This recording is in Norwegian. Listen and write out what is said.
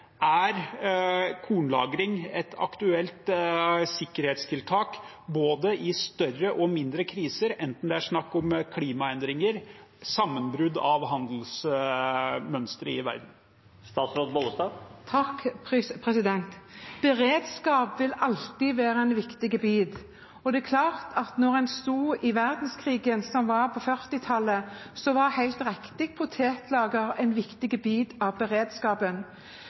Er kornlagring et aktuelt sikkerhetstiltak i både større og mindre kriser enten det er snakk om klimaendringer eller sammenbrudd av handelsmønstre i verden? Beredskap vil alltid være viktig. Det er klart at når en sto i verdenskrigen på 1940-tallet, var – helt riktig – potetlager en viktig bit av